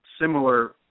similar